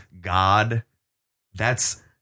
God—that's